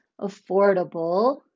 affordable